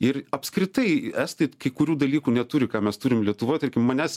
ir apskritai estai kai kurių dalykų neturi ką mes turim lietuvoj tarkim manęs